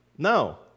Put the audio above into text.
No